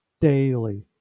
daily